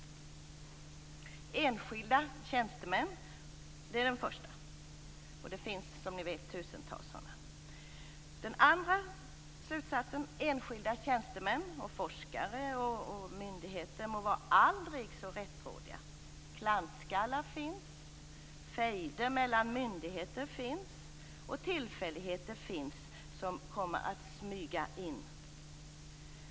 Det är den första slutsatsen. Och det finns, som ni vet, tusentals sådana register. Den andra är att enskilda tjänstemän, forskare och myndigheter må vara aldrig så rättrådiga; klantskallar finns, fejder mellan myndigheter och tillfälligheter finns som kommer att smyga in.